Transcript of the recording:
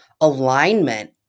alignment